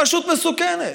פשוט מסוכנת?